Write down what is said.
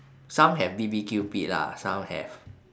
some have B_B_Q pit lah some have